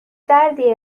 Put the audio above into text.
دردی